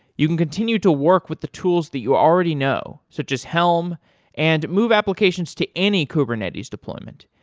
you can continue to work with the tools that you already know, such as helm and move applications to any kubernetes deployment.